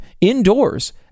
indoors